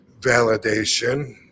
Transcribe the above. validation